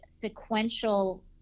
sequential